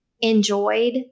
enjoyed